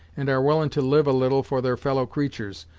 and are willing to live a little for their fellow creatur's,